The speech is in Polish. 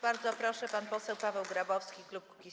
Bardzo proszę, pan poseł Paweł Grabowski, klub Kukiz’15.